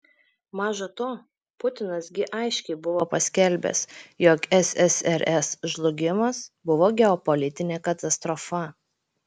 maža to putinas gi aiškiai buvo paskelbęs jog ssrs žlugimas buvo geopolitinė katastrofa